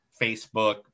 Facebook